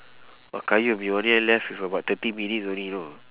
!wah! qayyum we only left with about thirty minutes only you know